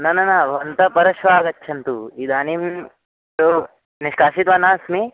न न न भवन्त परश्वः आगच्छन्तु इदानीं तु निष्कासयित्वा नास्मि